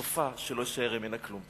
סופה שלא יישאר ממנה כלום.